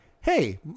Hey